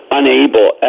unable